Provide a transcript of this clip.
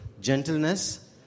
Gentleness